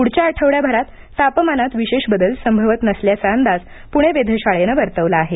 पुढच्या आठवड्याभरात तापमानात विशेष बदल संभवत नसल्याचा अंदाज पुणे वेधशाळेनं वर्तवला आहे